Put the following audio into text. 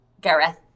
Gareth